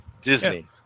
Disney